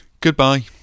Goodbye